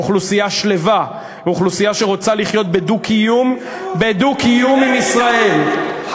אוכלוסייה שלווה ואוכלוסייה שרוצה לחיות בדו-קיום עם ישראל,